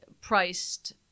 priced